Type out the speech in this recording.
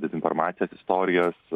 dezinformacijos istorijos